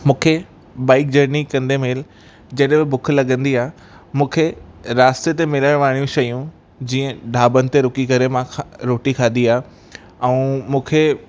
मूंखे bike journey कंदे महिल जॾहिं बि बुख लॻंदी आहे मूंखे रास्ते ते मिलण वारी शयूं जीअं ढाबनि ते रुकी करे मां रोटी खाधी आहे ऐं मूंखे